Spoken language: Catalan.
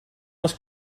les